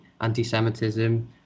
anti-Semitism